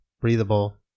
breathable